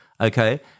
okay